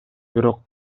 бирок